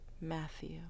Matthew